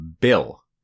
bill